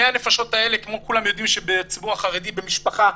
100 הנפשות האלה כולם יודעים שבציבור החרדי במשפחה,